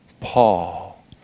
Paul